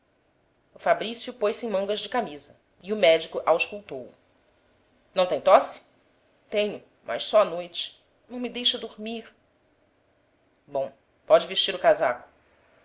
o fabrício pôs-se em mangas de camisa e o médico auscultou o não tem tosse tenho mas só à noite não me deixa dormir bom pode vestir o casaco